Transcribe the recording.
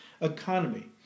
economy